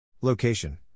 Location